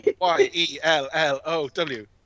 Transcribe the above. Y-E-L-L-O-W